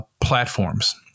platforms